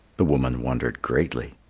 the woman wondered greatly.